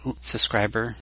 subscriber